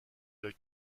der